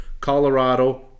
Colorado